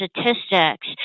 statistics